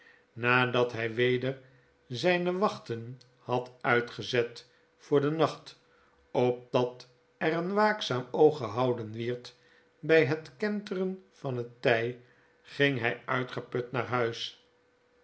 nadat hg weder zgne wachten had uitgezet voor den nacht ogdat er een waakzaam oog gehouden wierd bij het kenteren van het tg ging hg uitgeput naar huis